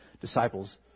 disciples